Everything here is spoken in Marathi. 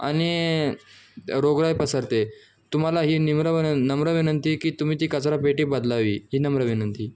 आणि रोगराई पसरते तुम्हाला ही नम्र वन नम्र विनंती की तुम्ही ती कचरापेटी बदलावी ही नम्र विनंती